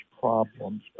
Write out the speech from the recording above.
problems